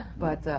but